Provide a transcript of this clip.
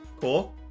Cool